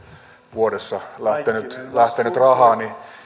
vuodessa lähtenyt rahaa